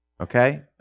Okay